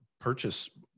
purchase